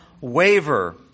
waver